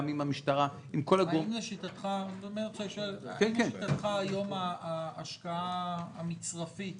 גם עם המשטרה -- האם לשיטתך היום ההשקעה המצרפית